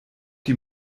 die